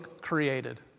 created